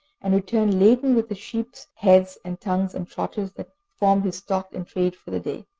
and returned laden with the sheep's heads, and tongues and trotters that formed his stock in trade for the day.